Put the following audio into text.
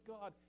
God